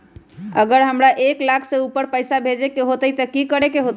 अगर हमरा एक लाख से ऊपर पैसा भेजे के होतई त की करेके होतय?